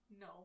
No